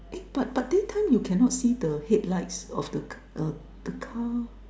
eh but but daytime you cannot see the headlights of the c~ uh the car